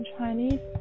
Chinese